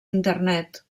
internet